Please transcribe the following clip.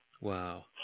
Wow